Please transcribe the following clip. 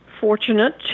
fortunate